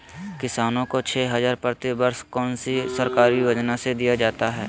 किसानों को छे हज़ार प्रति वर्ष कौन सी सरकारी योजना से दिया जाता है?